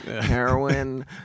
heroin